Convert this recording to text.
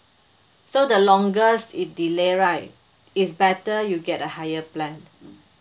so the longest it delay right it's better you get a higher plan